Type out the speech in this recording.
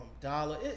Dollar